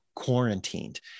quarantined